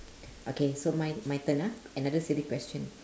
okay so my my turn ah another silly question